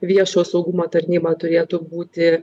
viešo saugumo tarnyba turėtų būti